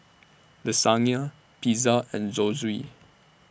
Lasagna Pizza and Zosui